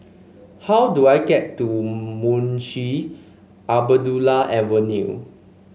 how do I get to Munshi Abdullah Avenue